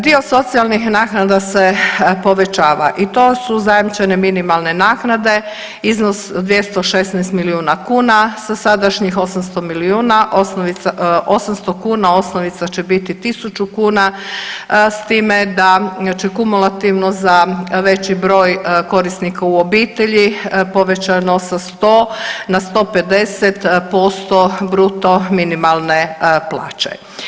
Dio socijalnih naknada se povećava i to su zajamčene minimalne naknade, iznos 216 milijuna kuna sa sadašnjih 800 milijuna, 800 kuna, osnovica će biti 1 000 kuna, s time da će kumulativno za veći broj korisnika u obitelji povećano sa 100 na 150% bruto minimalne plaće.